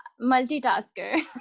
multitasker